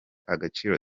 agaciro